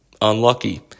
Unlucky